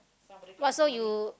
!wah! so you